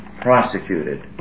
prosecuted